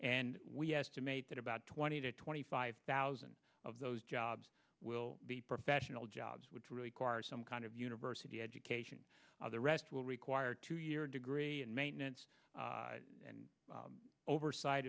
and we estimate that about twenty to twenty five thousand of those jobs will be professional jobs which require some kind of university education the rest will require two year degree and maintenance and oversight